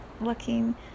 looking